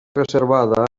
reservada